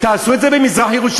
תעשו את זה במזרח-ירושלים.